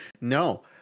no